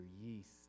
yeast